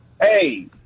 hey